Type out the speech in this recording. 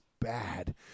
bad